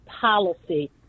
policy